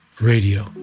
Radio